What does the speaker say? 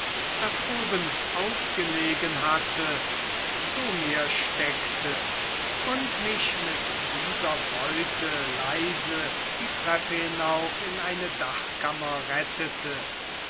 das obenauf gelegen hatte zu mir steckte und mich mit dieser beute leise die treppe hinauf in eine dachkammer rettete